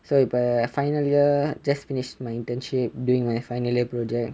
so err final year just finished my internship doing my final year project